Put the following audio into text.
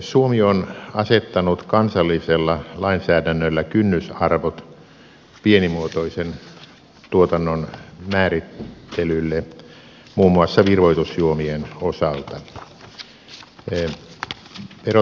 suomi on asettanut kansallisella lainsäädännöllä kynnysarvot pienimuotoisen tuotannon määrittelylle muun muassa virvoitusjuomien osalta